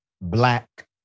black